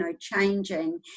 changing